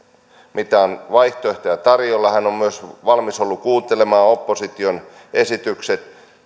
vaihtoehtoja on tarjolla hän on myös ollut valmis kuuntelemaan opposition esitykset